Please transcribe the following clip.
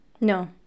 No